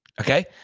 Okay